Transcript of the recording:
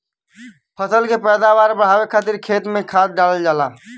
फसल के पैदावार बढ़ावे खातिर खेत में खाद डालल जाला